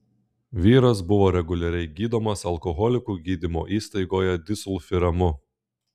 vyras buvo reguliariai gydomas alkoholikų gydymo įstaigoje disulfiramu